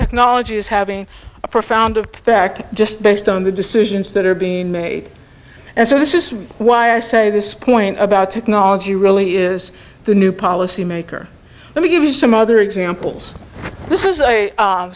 technology is having a profound of perfect just based on the decisions that are being made and so this is why i say this point about technology really is the new policy maker let me give you some other examples this is